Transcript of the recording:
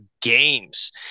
games